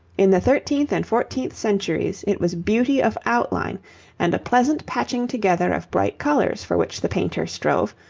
in the thirteenth and fourteenth centuries it was beauty of outline and a pleasant patching together of bright colours for which the painters strove,